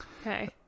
Okay